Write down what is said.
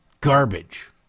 garbage